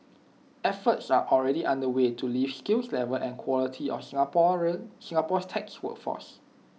efforts are already underway to lift the skill level and quality of Singaporean Singapore's tech workforce